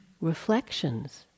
reflections